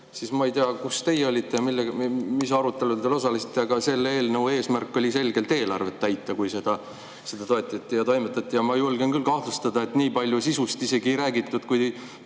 ma ei tea, kus teie olite ja mis aruteludel osalesite –, oli selle eelnõu eesmärk selgelt eelarvet täita, kui seda toetati ja sellega toimetati. Ma julgen küll kahtlustada, et nii palju sisust siis isegi ei räägitud, kui